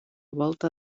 volta